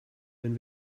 wenn